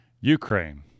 Ukraine